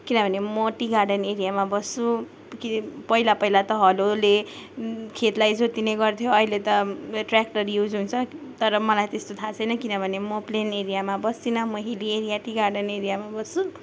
किनभने म tea garden एरियामा बस्छु कि पहिला पहिला त हलोले खेतलाई जोतिने गर्थ्यो अहिले त ट्र्याक्टर युज हुन्छ तर मलाई त्यस्तो थाहा छैन किनभने म प्लेन एरियामा बसिनँ म हिल्ली एरिया टी गार्डन एरियामा बस्छु